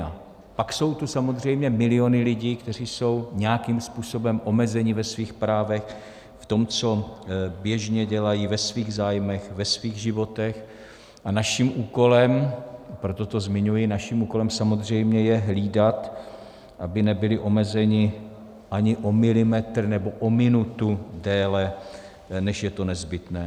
A pak jsou tu samozřejmě miliony lidí, kteří jsou nějakým způsobem omezeni ve svých právech, v tom, co běžně dělají ve svých zájmech, ve svých životech, a naším úkolem, proto to zmiňuji, samozřejmě je hlídat, aby nebyli omezeni ani o milimetr nebo o minutu déle, než je to nezbytné.